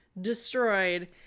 destroyed